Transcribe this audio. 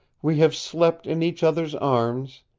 we have slept in each other's arms,